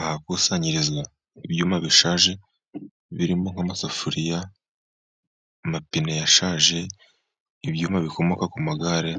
Ahakusanyirizwa ibyuma bishaje birimo nk'amasafuriya , amapine yashaje, ibyuma bikomoka ku magare